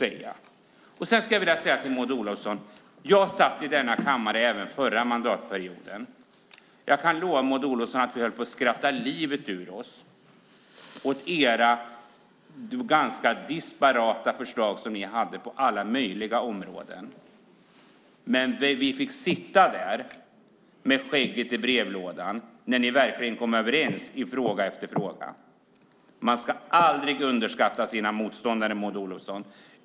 Jag vill säga följande till Maud Olofsson: Jag satt i denna kammare även under den förra mandatperioden. Jag kan lova Maud Olofsson att vi höll på att skratta livet ur oss åt era ganska disparata förslag som ni hade på alla möjliga områden. Men vi fick sitta där med skägget i brevlådan när ni verkligen kom överens i fråga efter fråga. Man ska aldrig underskatta sina motståndare, Maud Olofsson!